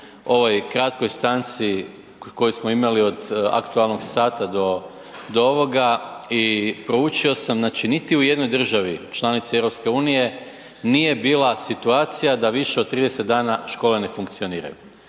ovoj kratkoj stanci koju smo imali od aktualnog sata do ovoga i proučio sam, znači niti u jednoj državi članici EU nije bila situacija da više od 30 dana škole ne funkcioniraju.